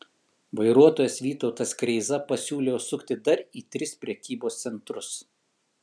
vairuotojas vytautas kreiza pasiūlė užsukti dar į tris prekybos centrus